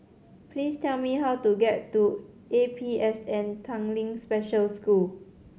please tell me how to get to A P S N Tanglin Special School